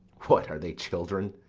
what, are they children?